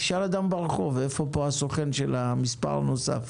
תשאל אדם ברחוב איפה הסוכן של המספר הנוסף.